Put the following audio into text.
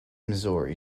missouri